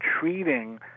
treating